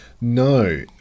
No